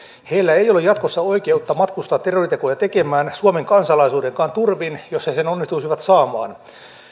heillä ei ole jatkossa oikeutta matkustaa terroritekoja tekemään suomen kansalaisuudenkaan turvin jos he sen onnistuisivat saamaan